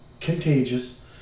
contagious